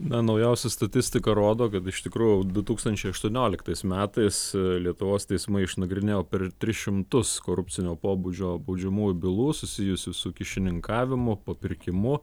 na naujausia statistika rodo kad iš tikrųjų du tūkstančiai aštuonioliktais metais lietuvos teismai išnagrinėjo per tris šimtus korupcinio pobūdžio baudžiamųjų bylų susijusių su kyšininkavimu papirkimu